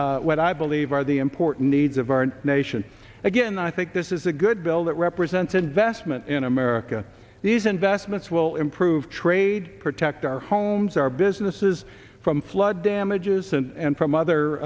addresses what i believe are the important needs of our nation again i think this is a good bill that represents investment in america these investments will improve trade protect our homes our businesses from flood damages and from other